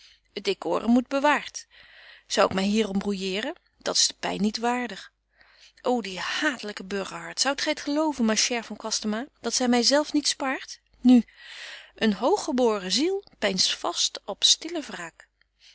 decorum moet bewaart zou ik my hier om brouilleeren dat's de pyn niet waardig ô die haatlyke burgerhart zoudt gy t geloven ma chere van kwastama dat zy my zelf niet spaart nu een hoog geboren ziel peinst vast op stille